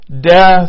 death